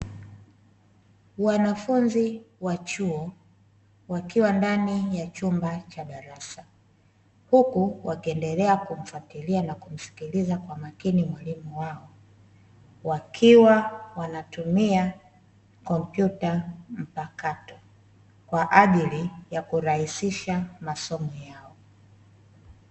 Wanafunzi wa chuo, wakiwa ndani ya chumba cha darasa huku wakiendelea kumfuatilia na kumsikiliza kwa makini mwalimu wao, wakiwa wanatumia kopyuta mpakato, kwa ajili ya kurahisisha masomo yao.